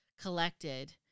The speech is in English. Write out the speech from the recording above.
collected